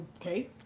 okay